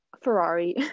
Ferrari